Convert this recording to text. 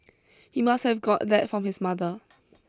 he must have got that from his mother